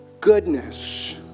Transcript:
Goodness